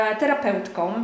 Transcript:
terapeutką